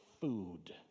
food